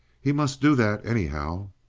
he must do that anyhow.